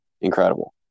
incredible